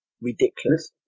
Ridiculous